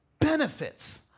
benefits